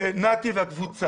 לנתי והקבוצה.